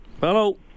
Hello